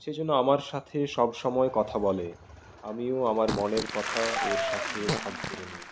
সে যেন আমার সাথে সব সময়ে কথা বলে আমিও আমার মনের কথা ওর সাথে ভাগ করে নি